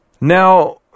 Now